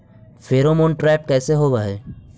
Pheromone trap कैसे होब हई?